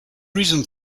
reason